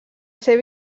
ser